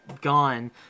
gone